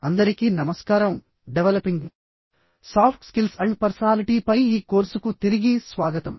అందరికీ నమస్కారం developing soft skills and personality పై ఈ కోర్సుకు తిరిగి స్వాగతం